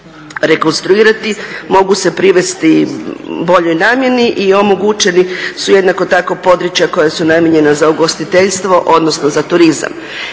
rekonstruirati, mogu se privesti boljoj namjerni i omogućeni su jednako tako područja koja su namijenjena za ugostiteljstvo, odnosno za turizam.